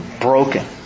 broken